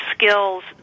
skills